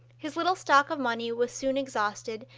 his little stock of money was soon exhausted,